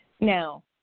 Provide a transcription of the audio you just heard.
Now